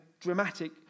dramatic